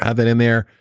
ah that in there,